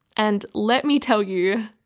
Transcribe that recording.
and, let me tell you,